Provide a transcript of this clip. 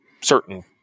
certain